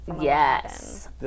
yes